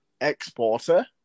exporter